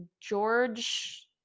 George